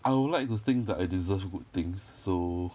I would like to think that I deserve good things so